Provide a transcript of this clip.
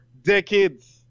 Decades